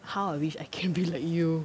how I wish I can be like you